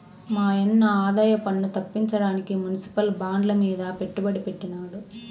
మాయన్న ఆదాయపన్ను తప్పించడానికి మునిసిపల్ బాండ్లమీద పెట్టుబడి పెట్టినాడు